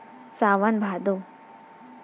सावन भादो